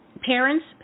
parents